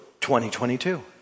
2022